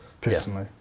Personally